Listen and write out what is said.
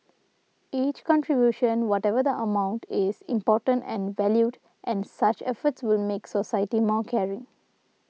each contribution whatever the amount is important and valued and such efforts will make society more caring